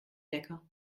lecker